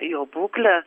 jo būklę